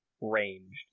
ranged